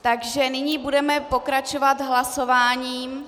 Takže nyní budeme pokračovat hlasováním.